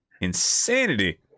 insanity